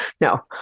No